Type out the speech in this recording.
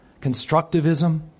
Constructivism